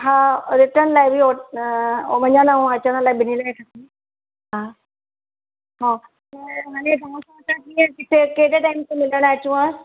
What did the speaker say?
हा रिटर्न लाइ बि वञण अचण ॿिनिन लाइ हा हा केरे टाइम ते मिलण अचणो आ